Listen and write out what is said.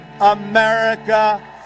America